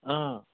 অঁ